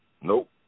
nope